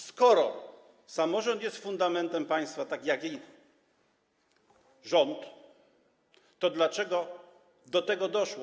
Skoro samorząd jest fundamentem państwa, tak jak i rząd, to dlaczego do tego doszło?